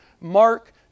Mark